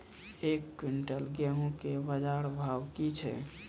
एक क्विंटल गेहूँ के बाजार भाव की छ?